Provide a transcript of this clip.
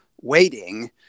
waiting